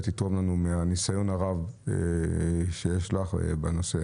והיא ודאי תתרום לנו מהניסיון הרב שיש לה בנושא.